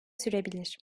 sürebilir